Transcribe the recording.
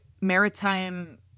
maritime